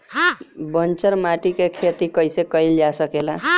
बंजर माटी में खेती कईसे कईल जा सकेला?